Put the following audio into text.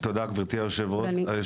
תודה גברתי היושבת-ראש,